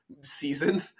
season